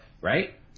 Right